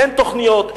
אין תוכניות,